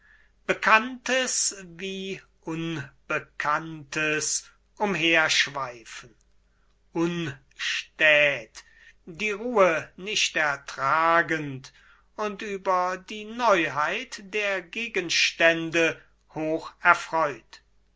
bekanntes wie unbekanntes umherschweifen unstät die ruhe nicht ertragend und über die neuheit der gegenstände